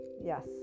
yes